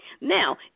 Now